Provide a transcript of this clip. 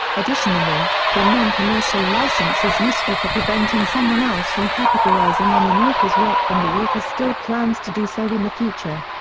additionally, the non-commercial license is useful for preventing someone else from capitalizing on an author's work when the author still plans to do so in the future.